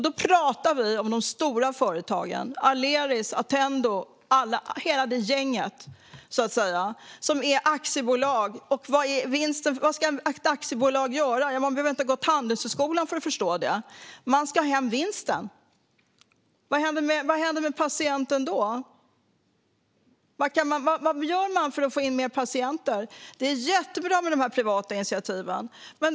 Då talar vi om de stora företagen, Aleris, Attendo och hela det gänget som är aktiebolag. Vad ska ett aktiebolag göra? Man behöver inte ha gått Handelshögskolan för att förstå det. Det ska ta hem vinsten. Vad händer då med patienten? Vad gör man för att få in fler patienter? Det är jättebra med de privata initiativen.